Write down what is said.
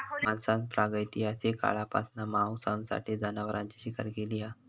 माणसान प्रागैतिहासिक काळापासना मांसासाठी जनावरांची शिकार केली हा